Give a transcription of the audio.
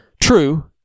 True